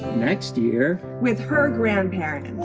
next year. with her grandparents.